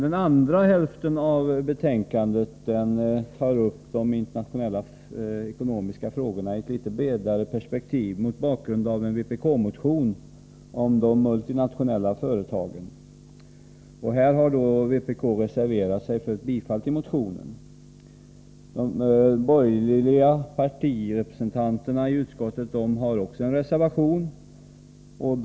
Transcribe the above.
Den andra hälften av betänkandet tar upp de internationella ekonomiska frågorna i ett litet bredare perspektiv mot bakgrund av en vpk-motion om de multinationella företagen. Vpk har reserverat sig för ett bifall till motionen. De borgerliga partirepresentanterna i utskottet har också fogat en reservation till betänkandet.